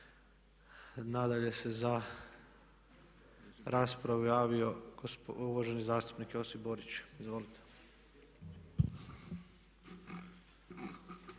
Nadalje se za raspravu javio uvaženi zastupnik Josip Borić. Izvolite.